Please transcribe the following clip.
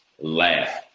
laugh